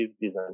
design